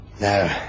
No